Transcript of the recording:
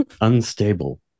Unstable